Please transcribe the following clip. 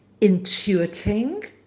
intuiting